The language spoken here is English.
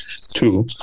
two